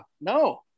no